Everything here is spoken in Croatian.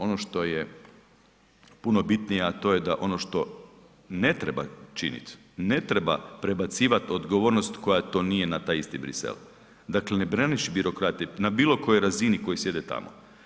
Ono što je puno bitnije, a to je da ono što ne treba činiti, ne treba prebacivati odgovornost koja to nije na taj isti Bruxelles, dakle ne braniš birokrate na bilo kojoj razini koji sjede tamo.